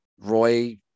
Roy